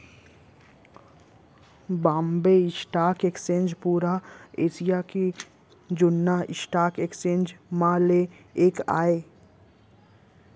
Bombay stock exchange पुरा Asia के जुन्ना स्टॉक एक्सचेंज म ले एक आय